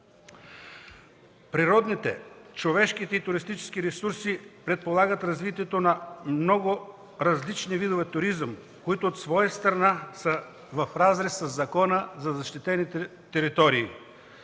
Природните, човешките и туристическите ресурси предполагат развитието на много различни видове туризъм, които от своя страна са в разрез със Закона за защитените територии.